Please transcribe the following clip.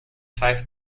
five